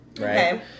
right